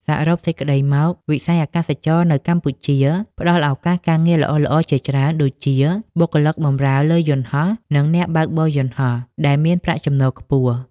សរុបសេចក្តីមក វិស័យអាកាសចរណ៍នៅកម្ពុជាផ្តល់ឱកាសការងារល្អៗជាច្រើនដូចជា បុគ្គលិកបម្រើលើយន្តហោះ និងអ្នកបើកបរយន្តហោះ ដែលមានប្រាក់ចំណូលខ្ពស់។